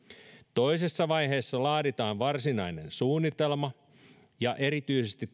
toisessa vaiheessa laaditaan varsinainen suunnitelma ja erityisesti